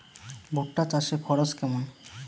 ভুট্টা চাষে খরচ কেমন?